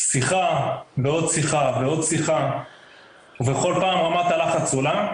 שיחה ועוד שיחה ועוד שיחה ובכל פעם רמת הלחץ עולה,